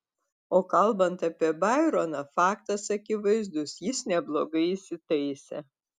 o kalbant apie baironą faktas akivaizdus jis neblogai įsitaisė